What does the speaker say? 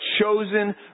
chosen